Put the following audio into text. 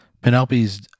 penelope's